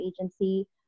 agency